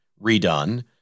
redone